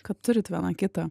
kad turit viena kitą